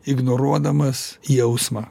ignoruodamas jausmą